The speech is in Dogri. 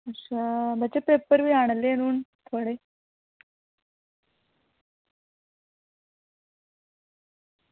अच्छा बच्चा पेपर बी आने आह्ले न हून थुआढ़े